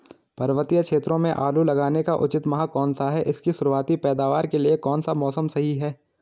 पर्वतीय क्षेत्रों में आलू लगाने का उचित माह कौन सा है इसकी शुरुआती पैदावार के लिए कौन सा मौसम सही है?